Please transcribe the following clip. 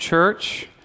church